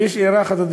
ויש לי הערה אחת,